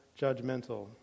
judgmental